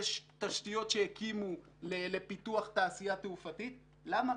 יש תשתיות שהקימו לפיתוח תעשייה תעופתית למה?